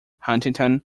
huntington